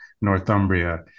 Northumbria